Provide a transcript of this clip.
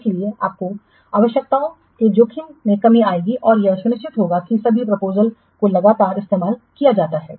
इसलिए इससे आवश्यकताओं के जोखिम में कमी आएगी और यह सुनिश्चित होगा कि सभी प्रपोजलस को लगातार इस्तेमाल किया जाता है